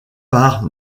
par